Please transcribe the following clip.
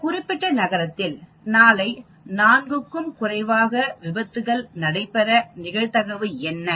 அந்த குறிப்பிட்ட நகரத்தில் நாளை 4 க்கும் குறைவாக விபத்துக்கள் நடைபெற நிகழ்தகவு என்ன